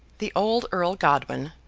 the old earl godwin,